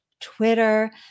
twitter